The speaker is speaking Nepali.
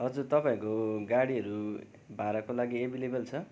हजुर तपाईँहरूको गाडीहरू भाडाको लागि एभाइलेबल छ